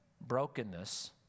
brokenness